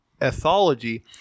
Ethology